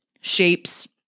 shapes